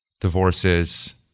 divorces